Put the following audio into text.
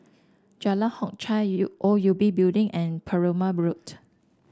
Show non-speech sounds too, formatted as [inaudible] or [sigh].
Jalan Hock Chye U O U B Building and Perumal [unintelligible]